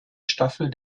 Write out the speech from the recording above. staffel